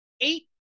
eight